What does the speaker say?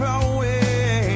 away